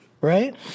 Right